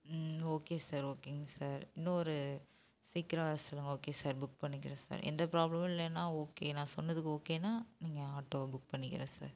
ம் okay sir ஓகேங்க sir இன்னொரு சீக்கிரம் வர சொல்லுங்கள் ஓகே சார் புக் பண்ணிக்கிறேன் சார் எந்த பிராபளமும் இல்லைன்னா ஓகே நான் சொன்னதுக்கு ஓகேனா நீங்கள் ஆட்டோ புக் பண்ணிக்கிறேன் சார்